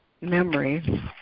memory